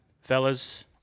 Fellas